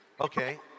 okay